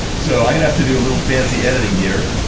so i'm gonna have to do a little fancy editing here.